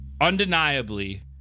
undeniably